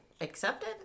accepted